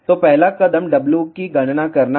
तो पहला कदम W की गणना करना है